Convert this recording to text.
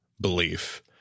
belief